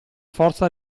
forza